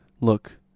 Look